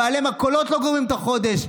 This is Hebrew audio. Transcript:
בעלי המכולות לא גומרים את החודש,